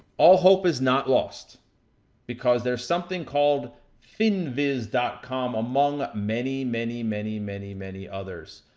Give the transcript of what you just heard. all hope is not lost because there is something called finviz dot com among many, many, many, many, many others.